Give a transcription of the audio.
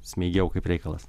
smeigiau kaip reikalas